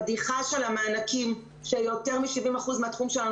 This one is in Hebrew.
הבדיחה של המענקים שיותר מ-70% מהתחום שלנו